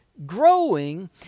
growing